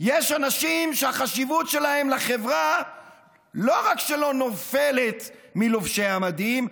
יש אנשים שהחשיבות שלהם לחברה לא רק שלא נופלת מזו של לובשי המדים,